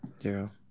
Zero